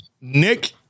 Nick